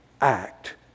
act